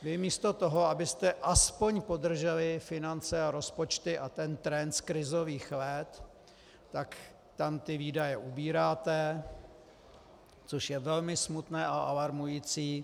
Vy místo toho, abyste aspoň podrželi finance a rozpočty a trend z krizových let, tak tam výdaje ubíráte, což je velmi smutné a alarmující.